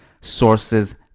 sources